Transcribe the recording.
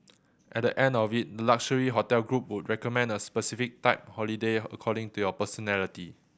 at the end of it the luxury hotel group would recommend a specific type holiday according to your personality